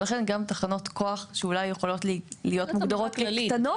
ולכן גם תחנות כוח שאולי יכולות להיות מוגדרות כקטנות,